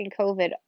COVID